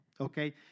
okay